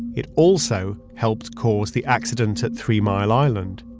it also helped cause the accident at three mile island